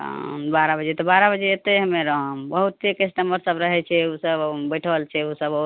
हँ बारह बजे तऽ बारह बजे एतय हम्मे रहब बहुत्ते कस्टमर सब रहय छै उसब अब बैठल छै उसब आओर